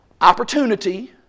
Opportunity